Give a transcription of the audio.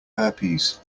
herpes